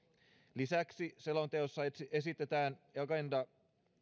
lisäksi selonteossa esitetään agenda